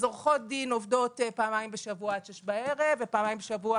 אז עורכות דין עובדות פעמיים בשבוע עד שש בערב ופעמיים בשבוע